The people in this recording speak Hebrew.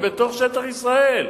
הם בתוך שטח ישראל,